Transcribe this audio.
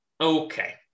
Okay